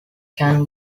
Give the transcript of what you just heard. can